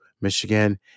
Michigan